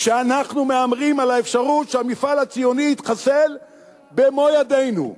שאנחנו מהמרים על האפשרות שהמפעל הציוני יתחסל במו ידינו.